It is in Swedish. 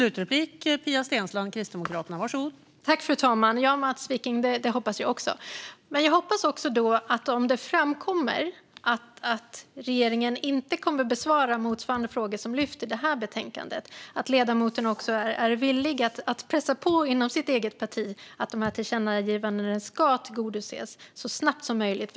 Fru talman! Det hoppas jag också, Mats Wiking! Men om det framkommer att regeringen inte kommer att besvara de frågor som lyfts i det här betänkandet hoppas jag också att ledamoten är villig att pressa på inom sitt eget parti för att dessa tillkännagivanden ska tillgodoses så snabbt som möjligt.